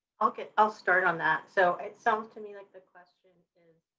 okay. i'll start on that. so it sounds to me like the question is